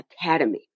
Academy